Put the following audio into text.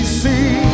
see